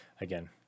again